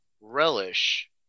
relish